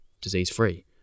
disease-free